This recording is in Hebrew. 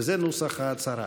וזה נוסח ההצהרה: